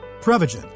Prevagen